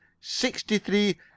sixty-three